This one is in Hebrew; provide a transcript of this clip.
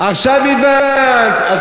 עכשיו הבנתי את הקשר.